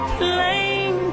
plain